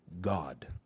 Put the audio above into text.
God